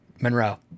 Monroe